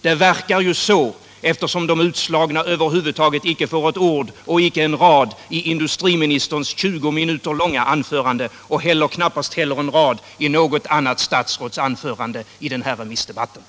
Det verkar så, eftersom de utslagna över huvud taget inte får ett ord och inte en rad i industriministerns 20 minuter långa anförande och inte heller en rad i något annat statsråds anförande i denna allmänpolitiska debatt.